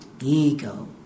ego